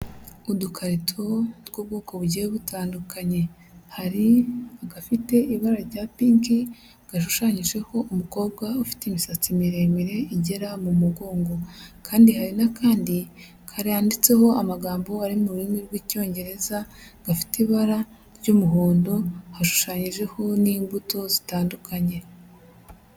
Udukarito tw'ubwoko bugiye butandukanye, hari agafite ibara rya pinki gashushanyijeho umukobwa ufite imisatsi miremire igera mu mugongo, kandi hari n'akandi kanditseho amagambo ari mu rurimi rw'Icyongereza, gafite ibara ry'umuhondo hashushanyijeho n'imbuto zitandukanye.